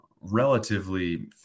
relatively